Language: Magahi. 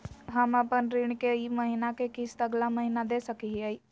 हम अपन ऋण के ई महीना के किस्त अगला महीना दे सकी हियई?